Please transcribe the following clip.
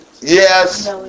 Yes